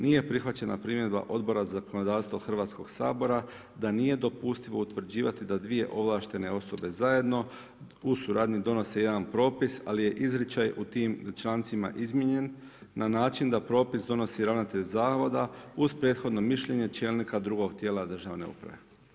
Nije prihvaćena primjedba Odbora za zakonodavstvo Hrvatskog sabora, da nije dopustivo utvrđivati da dvije ovlaštene osobe zajedno u suradnji donose jedan propis, ali je izričaj u tim člancima izmijenjen na način da propis donosi ravnatelj zavoda uz prethodno mišljenje čelnika drugog tijela državne uprave.